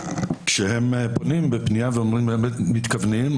כשהם פונים בפנייה ואומרים מתכוונים,